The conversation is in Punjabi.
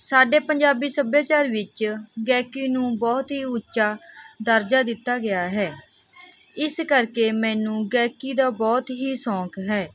ਸਾਡੇ ਪੰਜਾਬੀ ਸੱਭਿਆਚਾਰ ਵਿੱਚ ਗਾਇਕੀ ਨੂੰ ਬਹੁਤ ਹੀ ਉੱਚਾ ਦਰਜਾ ਦਿੱਤਾ ਗਿਆ ਹੈ ਇਸ ਕਰਕੇ ਮੈਨੂੰ ਗਾਇਕੀ ਦਾ ਬਹੁਤ ਹੀ ਸ਼ੌਂਕ ਹੈ